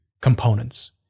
components